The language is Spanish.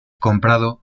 comprado